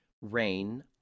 Rain